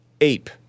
ape